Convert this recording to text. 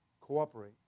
cooperate